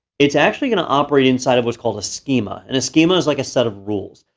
it's actually gonna operate inside of what's called a schema, and a schema is like a set of rules.